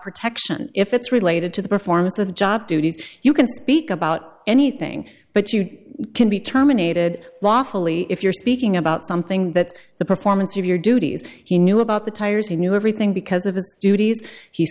protection if it's related to the performance of job duties you can speak about anything but you can be terminated lawfully if you're speaking about something that the performance of your duties he knew about the tires he knew everything because of